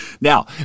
Now